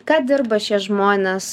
ką dirba šie žmonės